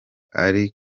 arimo